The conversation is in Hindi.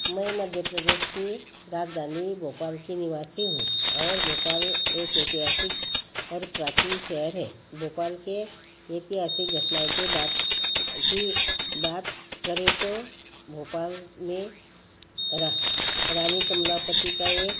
मैं मध्य प्रदेश की राजधानी भोपाल की निवासी हूँ और भोपाल एक ऐतिहासिक और प्राचीन शहर है भोपाल के एक ऐसी घटना के बात की बात करें तो भोपाल में रा रानी कमलापती का एक